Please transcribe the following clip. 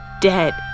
dead